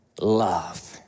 Love